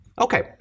Okay